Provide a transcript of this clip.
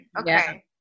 Okay